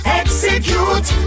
execute